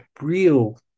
real